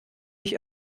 mich